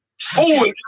forward